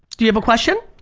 do you have a question?